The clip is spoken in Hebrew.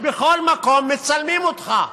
בכל מקום מצלמים אותך.